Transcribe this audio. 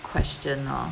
question lor